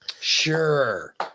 sure